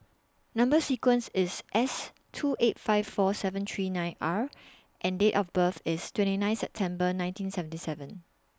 Number sequence IS S two eight five four seven three nine R and Date of birth IS twenty nine September nineteen seventy seven